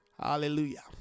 Hallelujah